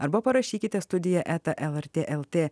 arba parašykite studija eta lrt lt